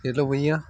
hello भैया